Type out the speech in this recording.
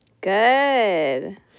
Good